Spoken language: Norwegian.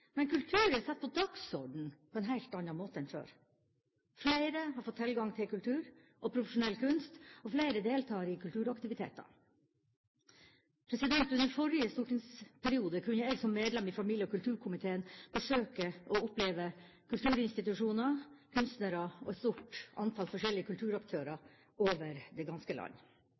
men kultur er satt på dagsordenen på en helt annen måte enn før. Flere har fått tilgang til kultur og profesjonell kunst, og flere deltar i kulturaktiviteter. Under forrige stortingsperiode kunne jeg som medlem i familie- og kulturkomiteen besøke og oppleve kulturinstitusjoner, kunstnere og et stort antall forskjellige kulturaktører over det ganske land.